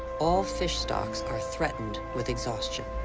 all fish stocks are threatened with exhaustion.